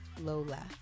lola